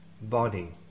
body